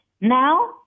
now